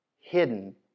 hidden